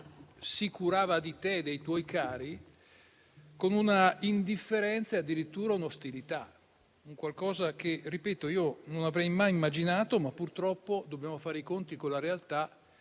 si curava di te e dei tuoi cari è stata sostituita da un'indifferenza e addirittura un'ostilità: un qualcosa che - ripeto - io non avrei mai immaginato, ma purtroppo dobbiamo fare i conti con la realtà.